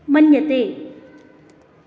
मन्यते